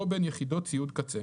או בין יחידות ציוד קצה,